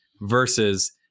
versus